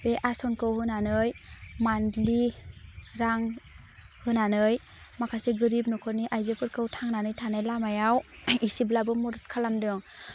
बे आसनखौ होनानै मान्थलि रां होनानै माखासे गोरिब न'खरनि आइजोफोरखौ थांनानै थानाय लामायाव इसेब्लाबो मदद खालामदों